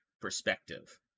perspective